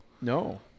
No